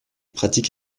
pratique